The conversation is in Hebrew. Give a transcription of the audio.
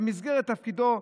במסגרת תפקידו,